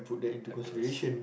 a dose